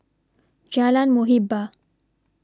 Jalan Muhibbah